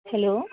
hello